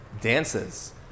dances